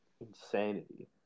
Insanity